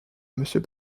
monsieur